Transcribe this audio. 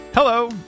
Hello